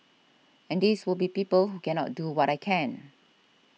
and these would be people who cannot do what I can